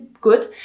good